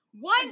One